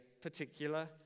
particular